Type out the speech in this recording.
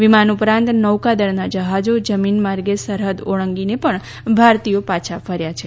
વિમાન ઉપરાંત નૌકાદળના જહાજો જમીન માર્ગે સરહદ ઓળંગીને પણ ભારતીયો પાછા ફર્યા છે